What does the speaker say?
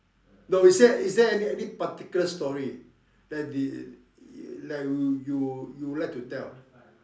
no is there is there any any particular story that the like you you like to tell